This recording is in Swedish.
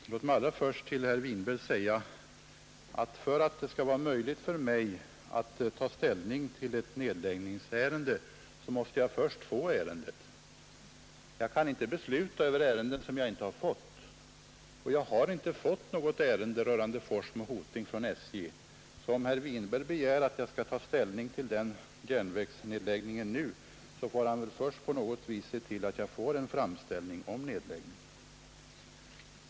Herr talman! Låt mig allra först till herr Winberg säga, att jag, för att det skall vara möjligt för mig att ta ställning till ett nedläggningsärende, först måste få ärendet. Jag kan inte besluta om ärenden, som jag inte har fått. Jag har inte fått något ärende rörande Forsmo Hoting från SJ. Om herr Winberg begär att jag skall ta ställning till den järnvägsnedläggelsen nu, får han väl först på något vis se till att jag får en framställning om nedläggning.